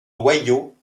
loyaux